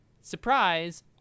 surprise